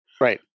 Right